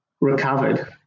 recovered